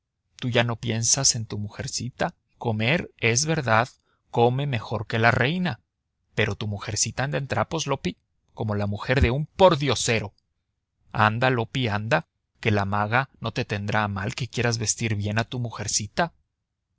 tú no piensas en tu mujercita comer es verdad come mejor que la reina pero tu mujercita anda en trapos loppi como la mujer de un pordiosero anda loppi anda que la maga no te tendrá a mal que quieras vestir bien a tu mujercita